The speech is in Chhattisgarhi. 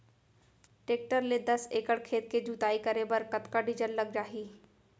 टेकटर ले दस एकड़ खेत के जुताई करे बर कतका डीजल लग जाही?